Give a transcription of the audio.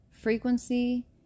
Frequency